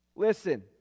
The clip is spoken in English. Listen